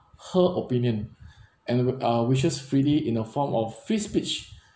her opinion and w~ uh wishes freely in a form of free speech